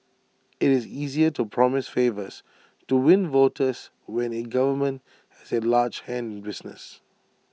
IT is easier to promise favours to win voters when A government has A large hand in business